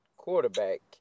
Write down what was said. Quarterback